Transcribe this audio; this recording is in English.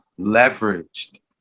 leveraged